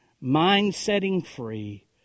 mind-setting-free